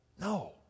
No